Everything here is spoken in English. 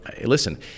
listen